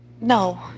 No